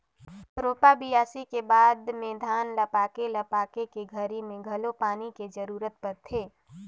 रोपा, बियासी के बाद में धान ल पाके ल पाके के घरी मे घलो पानी के जरूरत परथे